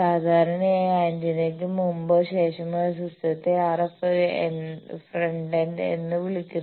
സാധാരണയായി ആന്റിനയ്ക്ക് മുമ്പോ ശേഷമോ സിസ്റ്റത്തെ RF ഫ്രണ്ട്എൻഡ് എന്ന് വിളിക്കുന്നു